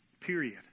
period